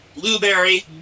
Blueberry